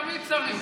להתפלל תמיד צריך,